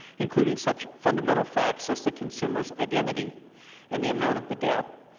including such fundamental facts as the consumer's identity and the amount of the debt,